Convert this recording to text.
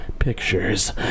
Pictures